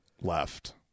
left